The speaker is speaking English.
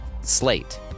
Slate